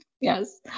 Yes